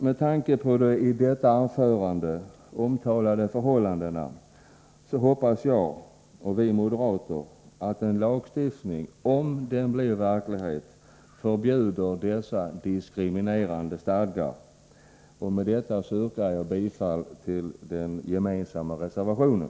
Med tanke på de i detta anförande omtalade förhållandena hoppas vi moderater att en lagstiftning — om den blir verklighet — förbjuder dessa diskriminerande stadgar. Med detta yrkar jag bifall till den gemensamma reservationen.